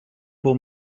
pour